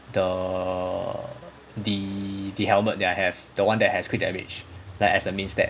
the the the helmet that I have the one that has crit damage that as a main stat